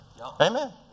Amen